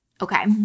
Okay